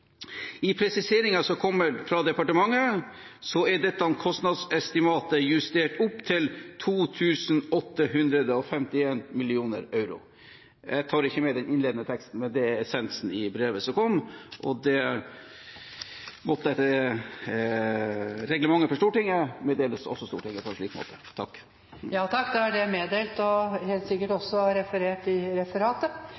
I presiseringen som kommer fra departementet, er dette kostnadsestimatet justert opp til 2 851 mill. euro. Jeg tar ikke med den innledende teksten, men det er essensen i brevet som kom, og det måtte etter reglementet for Stortinget også meddeles Stortinget på en slik måte. Da er det meddelt og